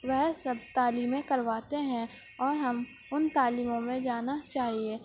وہ سب تعلیمیں کرواتے ہیں اور ہم ان تعلیموں میں جانا چاہیے